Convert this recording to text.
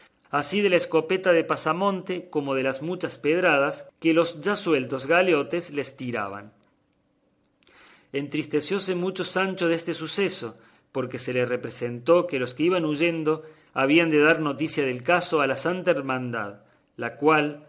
así de la escopeta de pasamonte como de las muchas pedradas que los ya sueltos galeotes les tiraban entristecióse mucho sancho deste suceso porque se le representó que los que iban huyendo habían de dar noticia del caso a la santa hermandad la cual